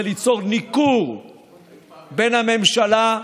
זה ליצור ניכור בין הממשלה,